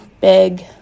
big